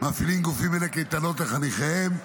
מפעילים גופים אלה קייטנות לחניכיהם,